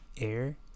Air